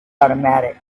automatic